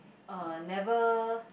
uh never